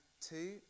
two